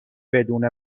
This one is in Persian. بدون